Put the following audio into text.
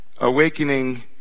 awakening